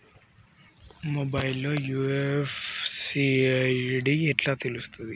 Mobile లో UPI ID ఎట్లా తెలుస్తది?